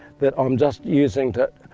that i'm just using to,